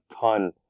ton